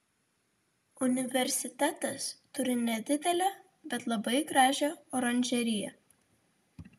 universitetas turi nedidelę bet labai gražią oranžeriją